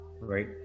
right